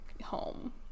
home